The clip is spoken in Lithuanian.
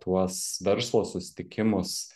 tuos verslo susitikimus